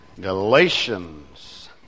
Galatians